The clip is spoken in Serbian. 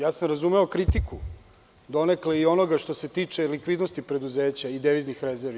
Ja sam razumeo kritiku, donekle i onoga što se tiče likvidnosti preduzeća i deviznih rezervi.